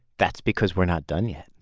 that's because we're not done yet.